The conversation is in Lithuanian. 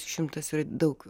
šimtas yra daug